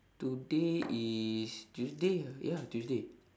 today is tuesday ah ya tuesday